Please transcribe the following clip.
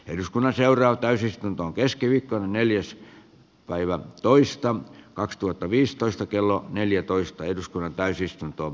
eduskunnan seuraa täysistuntoon keskiviikko neljäs päivä toista kaksituhattaviisitoista kello neljätoista eduskunnan täysistunto